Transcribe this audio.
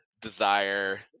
desire